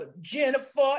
Jennifer